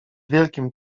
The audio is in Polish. wielkim